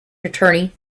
attorney